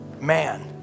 man